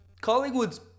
Collingwood's